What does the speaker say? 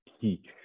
teach